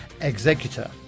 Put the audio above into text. executor